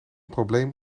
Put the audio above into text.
probleem